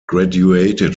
graduated